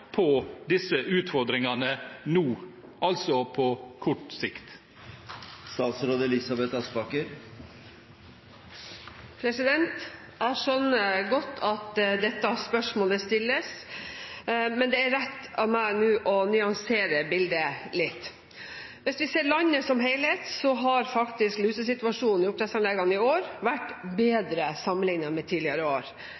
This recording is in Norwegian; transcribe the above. på disse utfordringene nå, altså på kort sikt? Jeg skjønner godt at dette spørsmålet stilles, men det er rett av meg nå å nyansere bildet litt. Hvis vi ser landet som helhet, har faktisk lusesituasjonen i oppdrettsanleggene i år vært bedre sammenlignet med tidligere år,